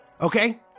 Okay